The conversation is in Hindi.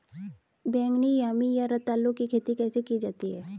बैगनी यामी या रतालू की खेती कैसे की जाती है?